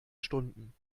stunden